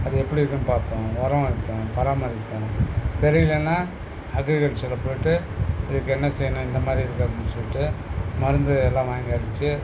அது எப்படி இருக்குன்னு பார்ப்பேன் உரம் வைப்பேன் பராமரிப்பேன் சரி இல்லைனா அக்ரிகல்ச்சரில் போய்விட்டு இதுக்கு என்ன செய்யணும் இந்த மாரி இருக்கு அப்படின்னு சொல்லிட்டு மருந்து எல்லா வாங்கி அடிச்சு